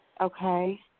Okay